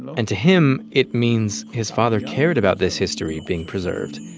and to him, it means his father cared about this history being preserved.